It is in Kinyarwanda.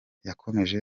yakomeje